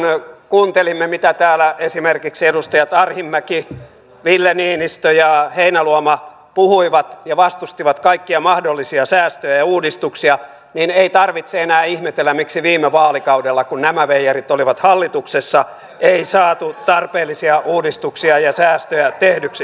kun kuuntelimme miten täällä esimerkiksi edustajat arhinmäki ville niinistö ja heinäluoma puhuivat ja vastustivat kaikkia mahdollisia säästöjä ja uudistuksia niin ei tarvitse enää ihmetellä miksi viime vaalikaudella kun nämä veijarit olivat hallituksessa ei saatu tarpeellisia uudistuksia ja säästöjä tehdyksi